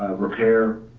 repair,